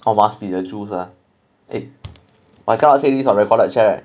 orh must be the jews ah eh saying on recorded chat